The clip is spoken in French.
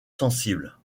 sensibles